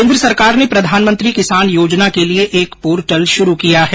केन्द्र सरकार ने प्रधानमंत्री किसान योजना के लिये एक पोर्टल शुरू किया है